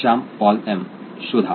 Shyam Paul M शोधा